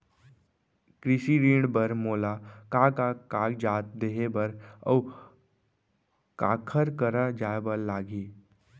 कृषि ऋण बर मोला का का कागजात देहे बर, अऊ काखर करा जाए बर लागही?